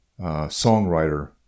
songwriter